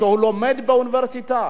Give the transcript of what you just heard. שהוא לומד באוניברסיטה